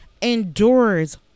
endures